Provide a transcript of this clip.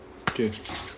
okay